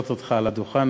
הלוא המסלול,